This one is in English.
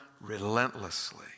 relentlessly